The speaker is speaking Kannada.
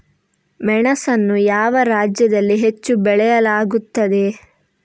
ಮೆಣಸನ್ನು ಯಾವ ರಾಜ್ಯದಲ್ಲಿ ಹೆಚ್ಚು ಬೆಳೆಯಲಾಗುತ್ತದೆ?